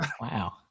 wow